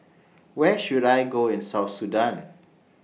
Where should I Go in South Sudan